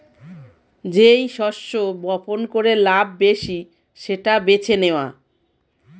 যেই শস্য বপন করে লাভ বেশি সেটা বেছে নেওয়া